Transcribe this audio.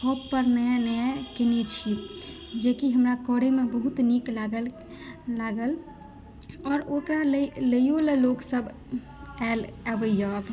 हमसभ कप पर नया नया केएने छी जेकी हमरा करयमे बहुत नीक लागल आर ओकरा लयो लए लोकसभ आयल आबैयऽ